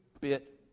bit